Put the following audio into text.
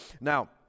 Now